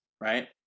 right